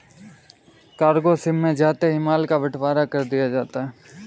cargo ship में जाते ही माल का बंटवारा कर दिया जाता है